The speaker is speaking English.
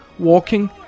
walking